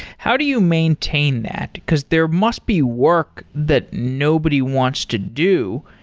how do you maintain that? because there must be work that nobody wants to do.